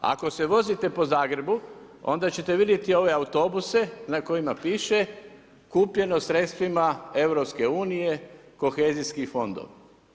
Ako se vozite po Zagrebu, onda ćete vidjeti ove autobuse na kojima piše kupljeno sredstvima EU, kohezijski fondovi.